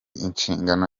inshingano